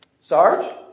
Sarge